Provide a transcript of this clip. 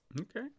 Okay